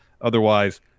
Otherwise